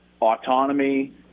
autonomy